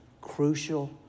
crucial